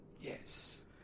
Yes